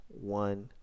one